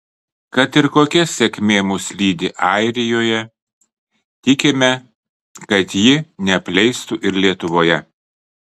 kad ir kokia sėkmė mus lydi airijoje tikime kad ji neapleistų ir lietuvoje